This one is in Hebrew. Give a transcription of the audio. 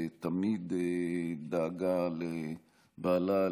תמיד דאגה לבעלה,